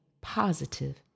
positive